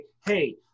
hey